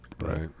Right